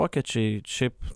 vokiečiai šiaip